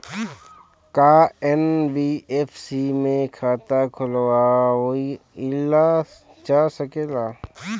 का एन.बी.एफ.सी में खाता खोलवाईल जा सकेला?